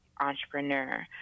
entrepreneur